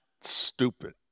stupid